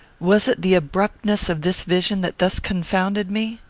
was it the abruptness of this vision that thus confounded me?